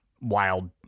wild